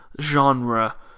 genre